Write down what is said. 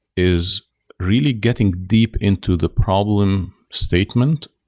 is really getting deep into the problem statement,